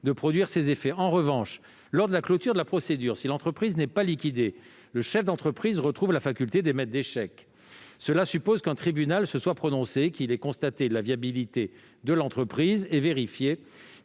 de produire ses effets. En revanche, lors de la clôture de la procédure, si l'entreprise n'est pas liquidée, le chef d'entreprise retrouve la faculté d'émettre des chèques. Cela suppose qu'un tribunal se soit prononcé, qu'il ait constaté la viabilité de l'entreprise et vérifié